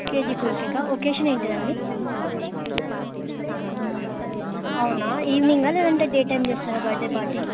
KG cool cake ఆ occasion ఏంటిదండి అవునా ఈవినింగా లేదంటే డే టైమ్ చేస్తారా బర్త్డే పార్టీ